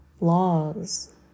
laws